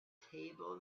table